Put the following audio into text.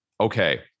okay